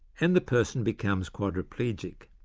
and the person becomes quadriplegic,